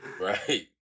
Right